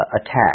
attack